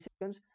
seconds